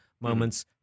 moments